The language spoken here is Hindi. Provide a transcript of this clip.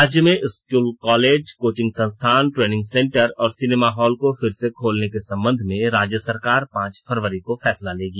राज्य में स्कूल कॉलेज कोचिंग संस्थान ट्रेनिग सेंटर और सिनेमा हॉल को फिर से खोलने के संबंध में राज्य सरकार पांच फरवरी को फैसला लेगी